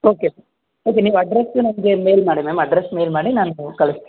okay ಅದೇ ನೀವು address ನಮಗೆ ಮೇಲ್ ಮಾಡಿ ಮ್ಯಾಮ್ ಅಡ್ರೆಸ್ ಮೇಲ್ ಮಾಡಿ ನಾನು ಕಳ್ಸ್ತಿನಿ